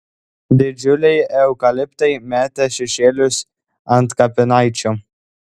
didžiuliai eukaliptai metė šešėlius ant kapinaičių